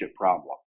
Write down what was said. problem